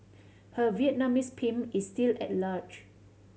her Vietnamese pimp is still at large